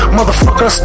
motherfucker